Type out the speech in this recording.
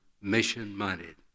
mission-minded